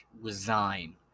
Resign